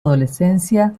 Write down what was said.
adolescencia